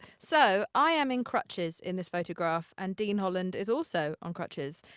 so i am in crutches in this photograph, and dean holland is also on crutches.